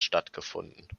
stattgefunden